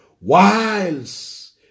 Whilst